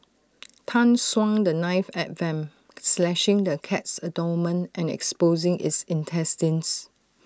Tan swung the knife at Vamp slashing the cat's abdomen and exposing its intestines